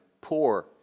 poor